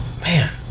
Man